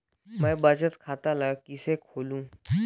मैं बचत खाता ल किसे खोलूं?